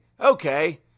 okay